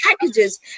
packages